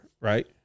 right